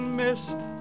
mist